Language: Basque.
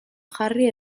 jarri